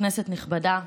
כנסת נכבדה,